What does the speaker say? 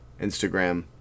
Instagram